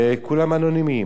וכולם אנונימים.